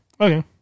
Okay